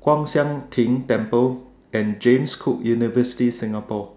Kwan Siang Tng Temple and James Cook University Singapore